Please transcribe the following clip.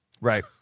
Right